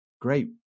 great